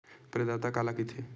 प्रदाता काला कइथे?